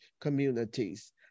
communities